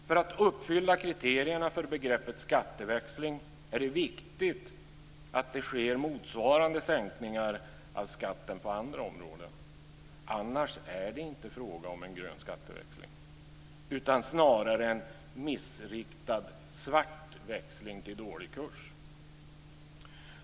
För att kriterierna för begreppet skatteväxling ska kunna uppfyllas är det viktigt att det sker motsvarande sänkningar av skatten på andra områden. Annars är det inte fråga om en grön skatteväxling utan snarare om en missriktad svart växling till dålig kurs.